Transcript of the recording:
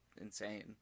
Insane